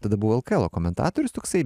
tada buvo lk elo komentatorius toksai